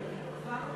כבר אני עולה.